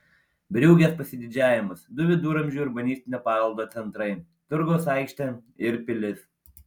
briugės pasididžiavimas du viduramžių urbanistinio paveldo centrai turgaus aikštė ir pilis